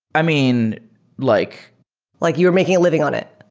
i mean like like you're making a living on it?